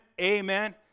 amen